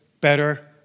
better